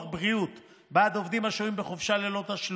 בריאות בעד עובדים השוהים בחופשה ללא תשלום,